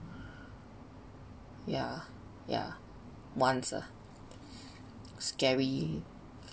ya ya once lah scary